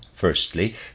firstly